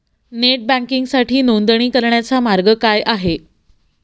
Net बँकिंगसाठी नोंदणी करण्याचा मार्ग काय आहे?